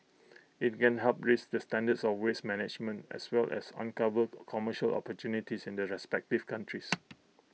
IT can help raise the standards of waste management as well as uncover commercial opportunities in the respective countries